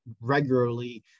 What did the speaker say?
regularly